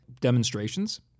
demonstrations